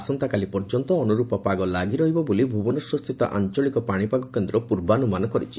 ଆସନ୍ତାକାଲି ପର୍ଯ୍ୟନ୍ତ ଅନୁର୍ପପ ପାଗ ଲାଗି ରହିବ ବୋଲି ଭୁବନେଶ୍ୱରସ୍ଥିତ ଆଞଳିକ ପାଶିପାଗ କେନ୍ଦ ପୂର୍ବାନୁମାନ କରିଛି